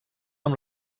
amb